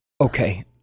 Okay